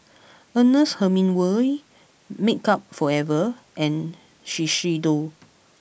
Ernest Hemingway Makeup Forever and Shiseido